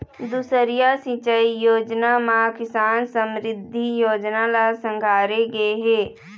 दुसरइया सिंचई योजना म किसान समरिद्धि योजना ल संघारे गे हे